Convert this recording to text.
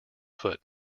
foot